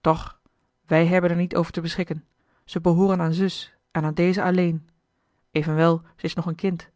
toch wij hebben er niet over te beschikken ze behooren aan zus en aan deze alleen evenwel ze is nog een kind